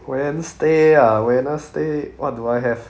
wednesday ah wednesday what do I have